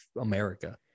america